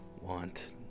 want